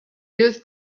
used